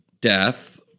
death